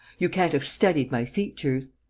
you can't have studied my features!